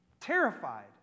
terrified